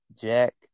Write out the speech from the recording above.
Jack